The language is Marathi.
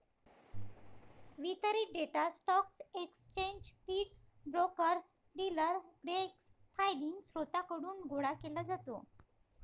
वितरित data stock exchange feed, brokers, dealer desk filing स्त्रोतांकडून गोळा केला जातो